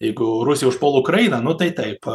jeigu rusija užpuola ukrainą nu tai taip